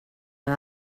and